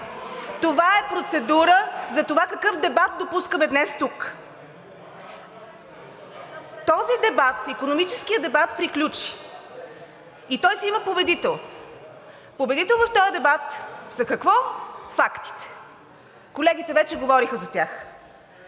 Това е процедура за това какъв дебат допускаме днес тук. Този дебат, икономическият дебат, приключи, и той си има победител. Победител в този дебат са какво – фактите! Колегите вече говориха за тях.